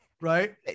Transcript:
right